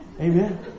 Amen